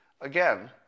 Again